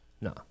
No